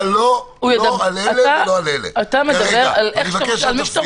אתה מדבר איך שאתה רוצה, על מי שאתה רוצה.